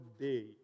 day